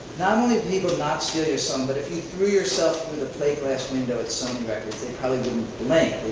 not only people not steal your song but if you threw yourself through the plate glass window at sony records they probably wouldn't blink.